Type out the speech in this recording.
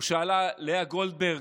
או שאלה, לאה גולדברג: